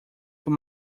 foi